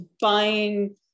buying